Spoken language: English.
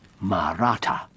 Maratha